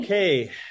Okay